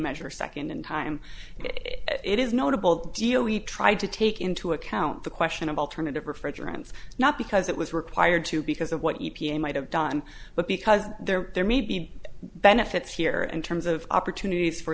measure second in time it is notable deal we tried to take into account the question of alternative refrigerants not because it was required to because of what u p a might have done but because there there may be benefits here and terms of opportunities for